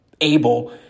able